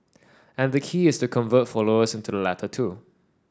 and the key is to convert followers into the latter two